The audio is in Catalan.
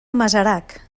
masarac